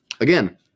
Again